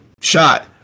shot